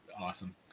awesome